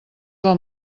del